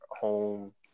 home